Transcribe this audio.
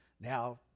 Now